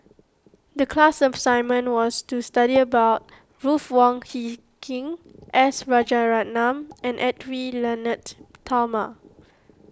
the class assignment was to study about Ruth Wong Hie King S Rajaratnam and Edwy Lyonet Talma